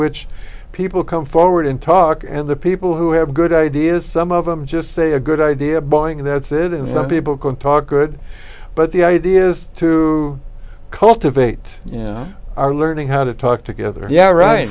which people come forward and talk and the people who have good ideas some of them just say a good idea boeing and that's it and some people can talk good but the idea is to cultivate are learning how to talk together yeah right